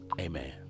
Amen